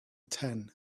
ten